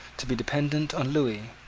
to be dependent on lewis,